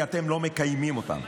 כי אתם לא מקיימים אותן.